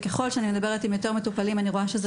ככל שאני מדברת עם יותר מטופלים אני רואה שיש